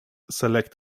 select